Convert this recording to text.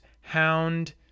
hound